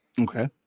Okay